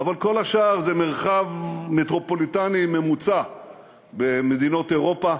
אבל כל השאר זה מרחב מטרופוליטני ממוצע במדינות אירופה,